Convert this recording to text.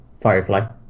firefly